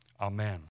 Amen